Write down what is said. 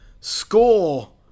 Score